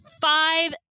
five